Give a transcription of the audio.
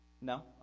No